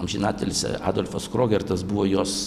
amžinatilsį adolfas krogertas buvo jos